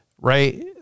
right